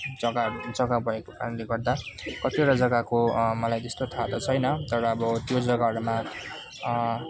जग्गा जग्गा भएको कारणले गर्दा कतिवटा जग्गाको मलाई त्यस्तो थाहा त छैन तर अब त्यो जगाहरूमा